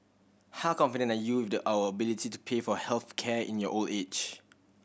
how confident are you with our ability to pay for health care in your old age